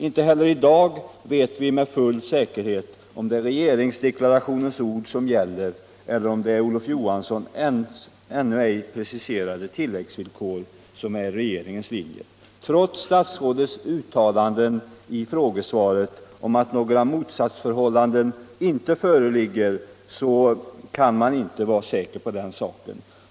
Inte heller i dag vet vi med full säkerhet om det är regeringsdeklarationens ord som gäller eller om det är Olof Johanssons ännu ej preciserade tilläggsvillkor som är regeringens linje. Trots statsrådets uttalande i frågesvaret att några motsatsförhållanden inte föreligger kan : man inte vara säker på den saken.